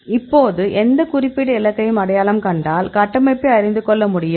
இப்போது எந்த குறிப்பிட்ட இலக்கையும் அடையாளம் கண்டால் கட்டமைப்பை அறிந்து கொள்ள முடியும்